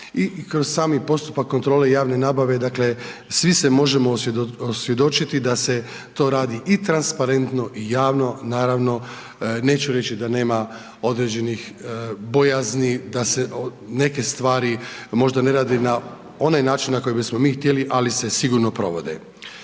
i kroz sami postupak kontrole javne nabave, dakle, svi se možemo osvjedočiti, da se to radi i transparentno i javno, naravno, neću reći, da nema određenih bojazni, da se neke stvari možda ne rade na onaj način na koji bismo mi htjeli ali se sigurno provode.